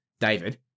David